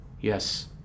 Yes